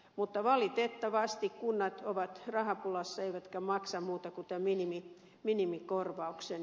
mutta valitettavasti kunnat ovat rahapulassa eivätkä maksa muuta kuin tämän minimikorvauksen